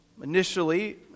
Initially